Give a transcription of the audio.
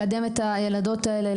לקדם את הילדות האלה,